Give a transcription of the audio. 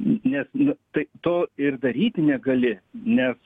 nes nu tai to ir daryti negali nes